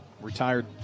retired